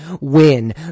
win